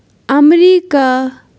America